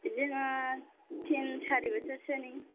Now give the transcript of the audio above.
बिदिनो थिन सारि बोसोरसोनि